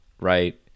right